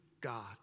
God